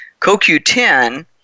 CoQ10